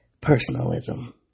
Personalism